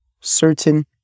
Certain